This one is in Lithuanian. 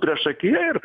priešakyje ir